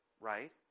right